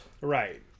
Right